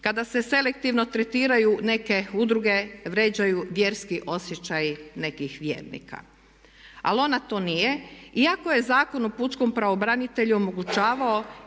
kada se selektivno tretiraju neke udruge, vrijeđaju vjerski osjećaji nekih vjernika. Ali ona to nije iako je Zakon o pučkom pravobranitelju omogućavao